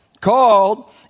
Called